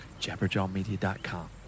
jabberjawmedia.com